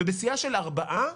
ובסיעה של ארבעה,